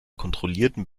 kontrollierten